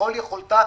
ככל יכולתה,